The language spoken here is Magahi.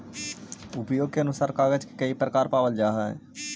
उपयोग के अनुसार कागज के कई प्रकार पावल जा हई